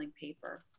paper